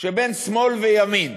שבין שמאל לימין,